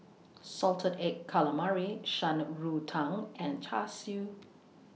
Salted Egg Calamari Shan Rui Tang and Char Siu